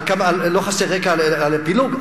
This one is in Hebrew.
לא חסר רקע לפילוג,